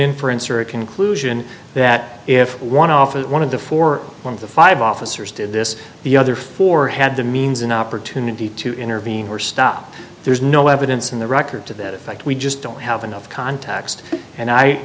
inference or a conclusion that if one offered one of the four one of the five officers did this the other four had the means an opportunity to intervene or stop there's no evidence in the record to that effect we just don't have enough context and i